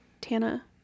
tana